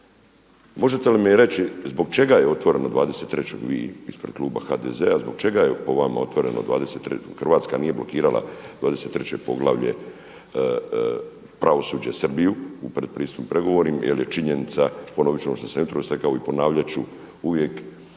Možete li mi reći zbog čega je otvoreno 23. vi ispred kluba HDZ-a, zbog čega je po vama otvoreno, Hrvatska nije blokirala 23. poglavlje – Pravosuđe Srbiju u predpristupnim pregovorima jer je činjenica, ponovit ću ono što sam jutros rekao i ponavljat ću uvijek